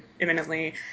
imminently